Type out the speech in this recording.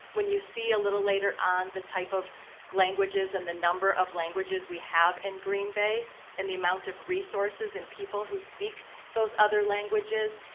when you see a little later on the type of languages and the number of languages we have in green bay and the amount of resources and people who speak those other languages,